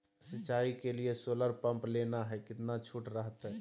सिंचाई के लिए सोलर पंप लेना है कितना छुट रहतैय?